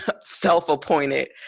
self-appointed